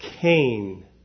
Cain